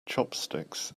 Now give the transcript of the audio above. chopsticks